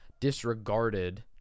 disregarded